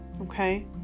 okay